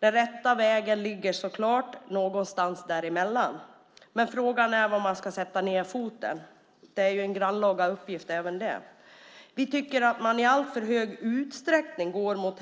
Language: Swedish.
Den rätta vägen ligger så klart någonstans däremellan, men frågan är var man ska sätta ned foten. Även det är en grannlaga uppgift. Vi tycker att man i alltför stor utsträckning går mot